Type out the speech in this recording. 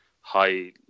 high